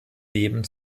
leben